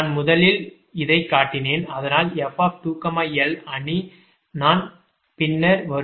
நான் முதலில் இதை காட்டினேன் அதனால் f2l அணி நான் பின்னர் வருவேன்